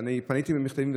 ואני פניתי במכתבים,